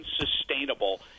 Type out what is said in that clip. unsustainable